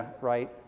right